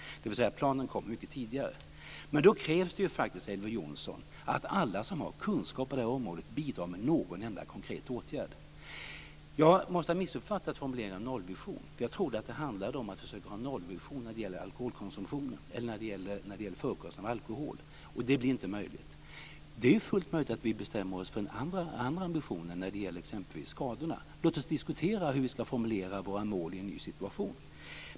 Planen kommer alltså mycket tidigare. Men då krävs det faktiskt, Elver Jonsson, att alla som har kunskap på det här området bidrar med någon enda konkret åtgärd. Jag måste ha missuppfattat formuleringen om nollvision, för jag trodde att det handlade om att försöka ha nollvision när det gäller förekomsten av alkohol, och det blir inte möjligt. Det är fullt möjligt att vi bestämmer oss för andra ambitioner när det gäller skadorna. Låt oss diskutera hur vi ska formulera vår mål i en ny situation.